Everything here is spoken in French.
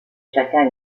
chacun